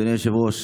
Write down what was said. אדוני היושב-ראש,